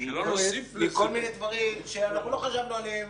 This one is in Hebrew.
מכל מיני דברים שאנחנו לא חשבנו עליהם,